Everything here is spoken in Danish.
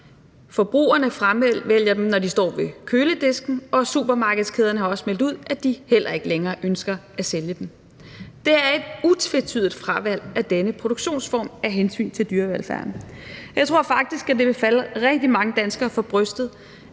Forbrugerne fravælger dem, når de står ved køledisken, og supermarkedskæderne har også meldt ud, at de heller ikke længere ønsker at sælge dem. Det er et utvetydigt fravalg af denne produktionsform af hensyn til dyrevelfærden. Jeg tror faktisk, at det vil falde rigtig mange danskere for brystet,